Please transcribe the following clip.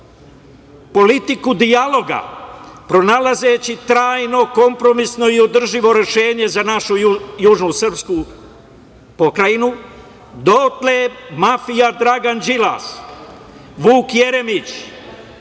politiku dijaloga, pronalazeći trajno, kompromisno i održivo rešenje za našu južnu srpsku pokrajinu, dotle mafija Dragan Đilas, Vuk Jeremić